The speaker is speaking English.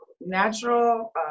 natural